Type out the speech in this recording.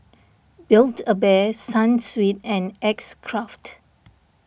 Build A Bear Sunsweet and X Craft